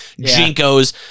jinko's